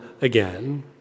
again